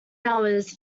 hours